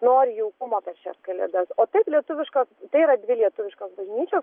nori jaukumo per šias kalėdas o taip lietuviškos tai yra dvi lietuviškos bažnyčios